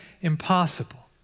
impossible